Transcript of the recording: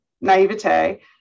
naivete